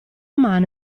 mano